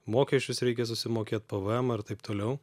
mokesčius reikia susimokėt pv emą ir taip toliau